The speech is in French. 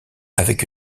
avec